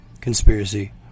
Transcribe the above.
Conspiracy